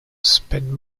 spend